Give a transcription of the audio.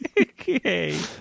Okay